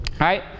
right